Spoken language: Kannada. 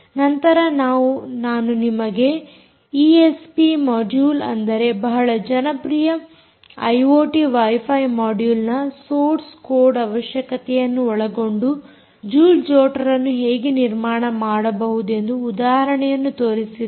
ನಂತರ ನಾನು ನಿಮಗೆ ಈಎಸ್ಪಿ ಮೊಡ್ಯುಲ್ ಅಂದರೆ ಬಹಳ ಜನಪ್ರಿಯ ಐಓಟಿ ವೈಫೈ ಮೊಡ್ಯುಲ್ನ ಸೋರ್ಸ್ ಕೋಡ್ ಅವಶ್ಯಕತೆಯನ್ನು ಒಳಗೊಂಡು ಜೂಲ್ ಜೊಟರ್ಅನ್ನು ಹೇಗೆ ನಿರ್ಮಾಣ ಮಾಡಬಹುದೆಂದು ಉದಾಹರಣೆಯನ್ನು ತೋರಿಸಿದ್ದೇನೆ